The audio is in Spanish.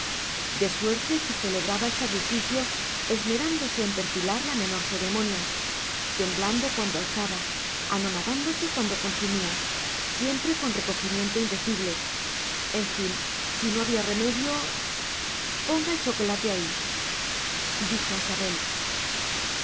de suerte que celebraba el sacrificio esmerándose en perfilar la menor ceremonia temblando cuando alzaba anonadándose cuando consumía siempre con recogimiento indecible en fin si no había remedio ponga el chocolate ahí dijo a sabel